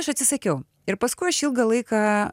aš atsisakiau ir paskui aš ilgą laiką